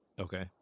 Okay